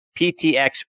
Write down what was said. PTX